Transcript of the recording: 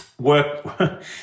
work